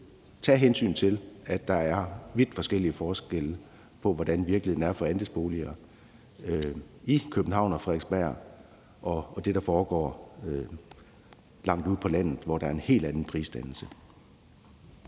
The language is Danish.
tage hensyn til, at der er store forskelle på, hvordan virkeligheden er for andelsboliger i København og på Frederiksberg, og så den virkelighed, der er langt ude på landet, hvor der er en helt anden prisdannelse.